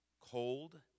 cold